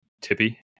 tippy